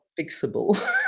fixable